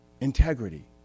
integrity